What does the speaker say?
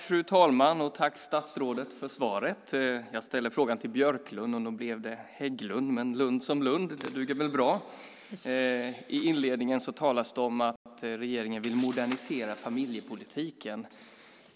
Fru talman! Tack statsrådet för svaret. Jag ställde frågan till Björklund och nu blev det Hägglund. Men lund som lund. Det duger väl bra. I inledningen talades det om att regeringen vill modernisera familjepolitiken.